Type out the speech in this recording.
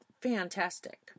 fantastic